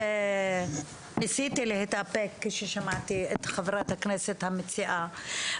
אני ניסיתי להתאפק כששמעתי את חברת הכנסת המציעה.